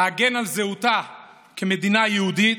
להגן על זהותה כמדינה יהודית,